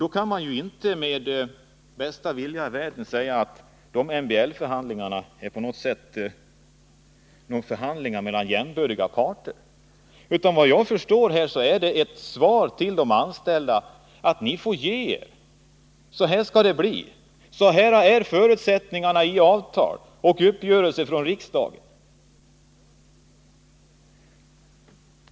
Då kan man ju inte med bästa vilja i världen säga att MBL-förhandlingarna blir förhandlingar mellan jämbördiga parter. Vad jag kan förstå är detta ett svar till de anställda att de får ge sig — så här skall det bli, så här är förutsättningarna i avtal och enligt uppgörelse med riksdagen.